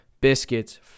Biscuits